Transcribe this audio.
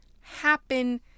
happen